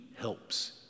helps